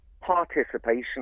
participation